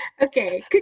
Okay